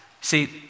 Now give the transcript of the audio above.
See